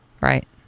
Right